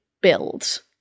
build